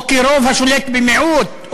או כרוב השולט במיעוט,